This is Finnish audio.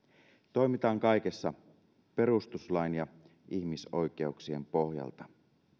toimitaan kaikessa perustuslain ja ihmisoikeuksien pohjalta